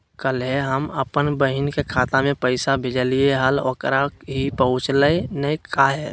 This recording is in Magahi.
कल्हे हम अपन बहिन के खाता में पैसा भेजलिए हल, ओकरा ही पहुँचलई नई काहे?